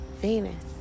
Venus